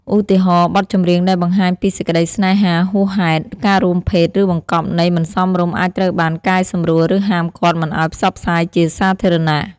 ឧទាហរណ៍ បទចម្រៀងដែលបង្ហាញពីសេចក្តីស្នេហាហួសហេតុ ការរួមភេទ ឬបង្កប់ន័យមិនសមរម្យអាចត្រូវបានកែសម្រួល ឬហាមឃាត់មិនឱ្យផ្សព្វផ្សាយជាសាធារណៈ។